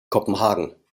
kopenhagen